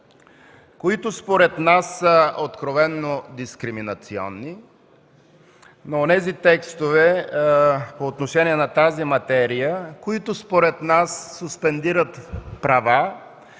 които според нас са откровено дискриминационни, на онези текстове по отношение на тази материя, които според нас суспендират права